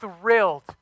thrilled